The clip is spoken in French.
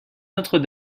notre